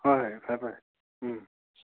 ꯍꯣ ꯍꯣꯏ ꯐꯔꯦ ꯐꯔꯦ ꯎꯝ